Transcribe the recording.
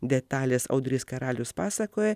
detalės audrys karalius pasakoja